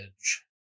edge